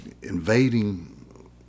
invading